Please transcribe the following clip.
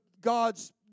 God's